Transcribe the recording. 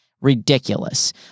ridiculous